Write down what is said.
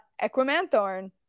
Equimanthorn